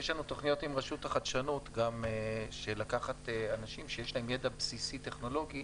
יש לנו תוכניות עם רשות החדשנות לקחת אנשים שיש להם ידע בסיסי טכנולוגי